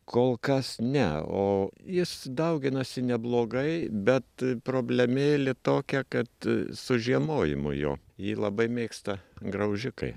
kol kas ne o jis dauginasi neblogai bet problemėlė tokia kad su žiemojamu jo jį labai mėgsta graužikai